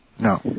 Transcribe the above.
No